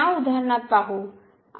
तर या उदाहरणात पाहू